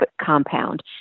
compound